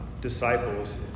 disciples